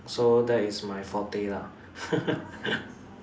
so that is my forte lah